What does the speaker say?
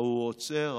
ההוא עוצר,